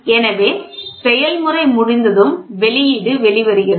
எனவே செயல்முறை முடிந்ததும் வெளியீடு வெளி வருகிறது